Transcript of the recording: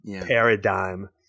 paradigm